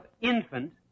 Infant